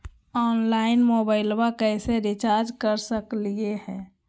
Online मोबाइलबा कैसे recharge कर सकलिए है?